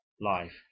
life